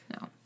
No